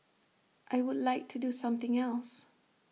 I would like to do something else